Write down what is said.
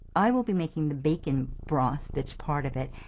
i will be making the bacon broth that's part of it,